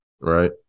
right